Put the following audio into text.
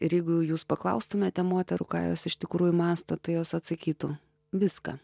ir jeigu jūs paklaustumėte moterų ką jūs iš tikrųjų mąsto tai jos atsakytų viską